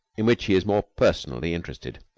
in which he is more personally interested.